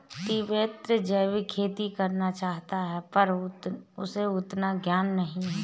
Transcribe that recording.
टिपेंद्र जैविक खेती करना चाहता है पर उसे उतना ज्ञान नही है